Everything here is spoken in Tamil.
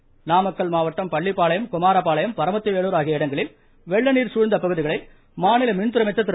தங்கமணி நாமக்கல் மாவட்டம் பள்ளிபாளையம் குமாரபாளையம் பரமத்தி வேலூர் ஆகிய இடங்களில் வெள்ளநீர் சூழ்ந்த பகுதிகளை மாநில மின்துறை அமைச்சர் திரு